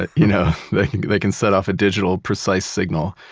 that you know they can they can set off a digital precise signal,